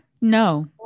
no